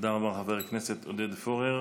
תודה רבה, חבר הכנסת עודד פורר.